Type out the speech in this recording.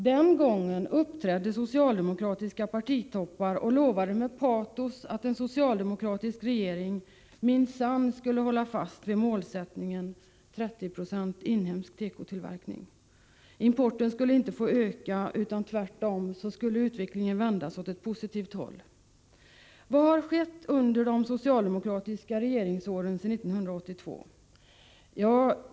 Den gången uppträdde socialdemokratiska partitoppar och lovade med patos att en socialdemokratisk regering minsann skulle hålla fast vid målsättningen 30 20 inhemsk tekotillverkning. Importen skulle inte få öka, utan utvecklingen skulle tvärtom vändas i positiv riktning. Vad har skett under de socialdemokratiska regeringsåren sedan 1982?